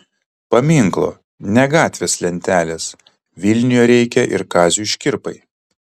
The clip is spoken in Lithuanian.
paminklo ne gatvės lentelės vilniuje reikia ir kaziui škirpai